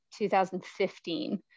2015